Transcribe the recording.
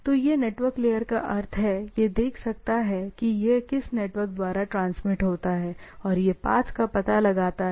तो यह network layer का अर्थ है यह देख सकता है कि यह किस नेटवर्क द्वारा ट्रांसमिट होता है और यह पाथ का पता लगाता है